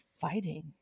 Fighting